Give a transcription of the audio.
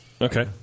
Okay